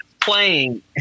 playing